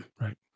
Right